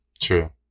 True